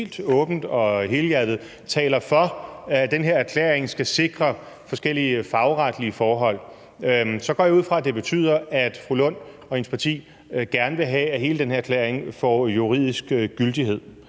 helt åbent og helhjertet taler for, at den her erklæring skal sikre forskellige fagretlige forhold, går jeg ud fra, at det betyder, at fru Rosa Lund og hendes parti gerne vil have, at hele den her erklæring får juridisk gyldighed,